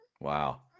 Wow